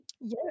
yes